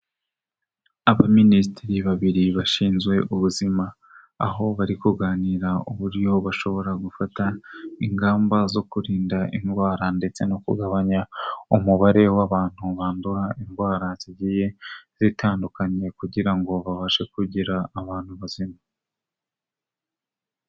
Abaminisitiri babiri bashinzwe ubuzima, aho bari kuganira uburyo bashobora gufata ingamba zo kurinda indwara ndetse no kugabanya, umubare w'abantu bandura indwara zigiye zitandukanye, kugira ngo babashe kugira abantu bazima.